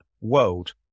world